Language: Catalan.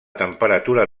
temperatura